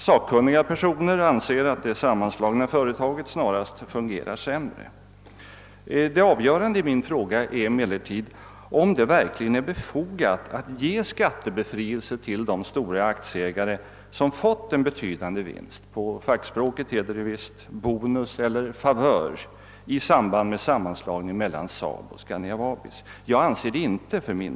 Sakkunniga personer anser att det sammanslagna företaget snarast fungerar sämre. Det avgörande i min fråga är emellertid, om det verkligen är befogat att ge skattebefrielse för de stora aktieägare som fått en betydande vinst — på fackspråket heter det visst bonus eller favör — i samband med sammanslagningen av SAAB och Scania-Vabis. Jag anser det inte.